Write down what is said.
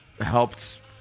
helped